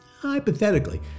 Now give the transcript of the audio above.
hypothetically